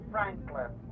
Franklin